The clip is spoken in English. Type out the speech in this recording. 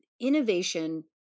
innovation